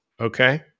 Okay